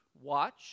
watch